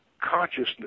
Consciousness